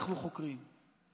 אנחנו חוקרים.